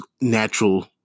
natural